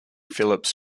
phillips